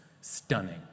stunning